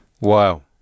Wow